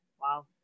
Wow